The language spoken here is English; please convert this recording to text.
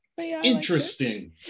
interesting